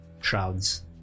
shrouds